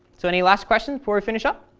so any last questions before we finish up?